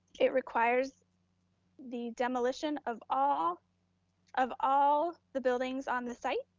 it requires the demolition of all of all the buildings on the site,